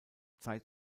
zeit